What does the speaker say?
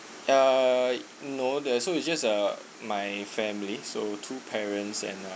uh no the so it's just uh my family so two parents and uh